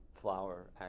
flower